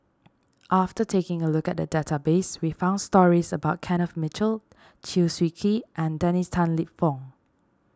after taking a look at the database we found stories about Kenneth Mitchell Chew Swee Kee and Dennis Tan Lip Fong